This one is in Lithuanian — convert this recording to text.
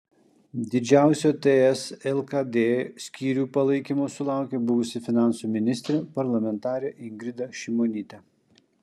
didžiausio ts lkd skyrių palaikymo sulaukė buvusi finansų ministrė parlamentarė ingrida šimonytė